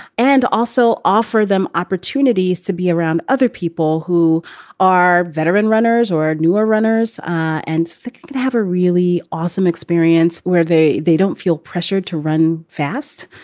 and also offer them opportunities to be around other people who are veteran runners or newer runners and have a really awesome experience where they they don't feel pressured to run fast,